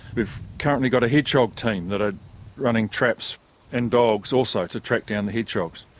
we've currently got a hedgehog team that are running traps and dogs also to track down the hedgehogs.